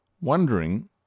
wondering